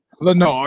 Leonard